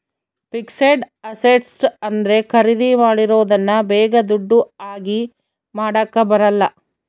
fixed asset ಅಂದ್ರೆ ಖರೀದಿ ಮಾಡಿರೋದನ್ನ ಬೇಗ ದುಡ್ಡು ಆಗಿ ಮಾಡಾಕ ಬರಲ್ಲ